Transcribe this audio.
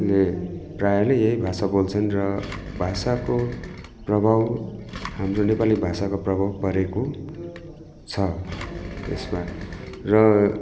ले प्रायःले यही भाषा बोल्छन् र भाषाको प्रभाव हाम्रो नेपाली भाषाको प्रभाव परेको छ यसमा र